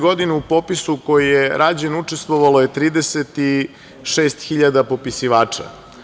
Godine 2011. u popisu koji je rađen, učestvovalo je 37 hiljada popisivača.